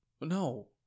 No